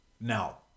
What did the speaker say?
Now